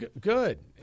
Good